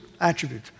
attribute